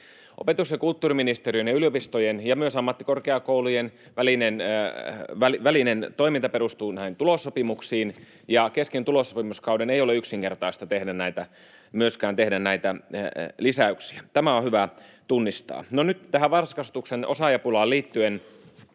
Opetus- ja kulttuuriministeriön ja yliopistojen ja myös ammattikorkeakoulujen välinen toiminta perustuu tulossopimuksiin, ja kesken tulossopimuskauden ei ole yksinkertaista tehdä näitä lisäyksiä. Tämä on hyvä tunnistaa. No nyt tähän varhaiskasvatuksen osaajapulaan liittyen